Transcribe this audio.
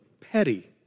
petty